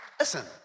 Listen